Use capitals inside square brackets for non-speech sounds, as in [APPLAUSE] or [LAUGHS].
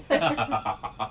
[LAUGHS]